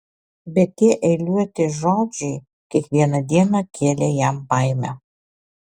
bet tie eiliuoti žodžiai kiekvieną dieną kėlė jam baimę